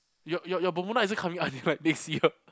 your your Bermuda isn't coming out until like next year